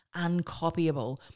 uncopyable